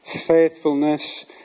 faithfulness